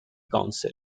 council